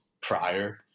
prior